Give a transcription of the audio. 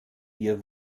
ihr